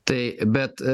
tai bet